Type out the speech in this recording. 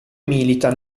milita